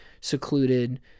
secluded